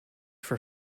for